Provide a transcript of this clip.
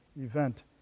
event